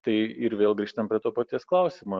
tai ir vėl grįžtam prie to paties klausimo